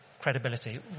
credibility